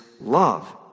love